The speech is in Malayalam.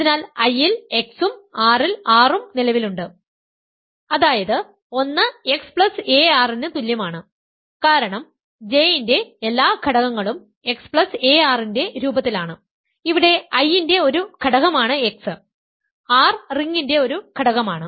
അതിനാൽ I ൽ x ഉo R ൽ r ഉo നിലവിലുണ്ട് അതായത് 1 xar ന് തുല്യമാണ് കാരണം J ന്റെ എല്ലാ ഘടകങ്ങളും xar ന്റെ രൂപത്തിലാണ് ഇവിടെ I ന്റെ ഒരു ഘടകമാണ് x r റിംഗിന്റെ ഒരു ഘടകമാണ്